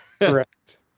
Correct